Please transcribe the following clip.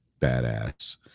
badass